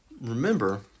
remember